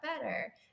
better